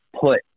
put